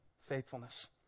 faithfulness